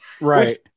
right